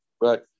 Right